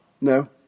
No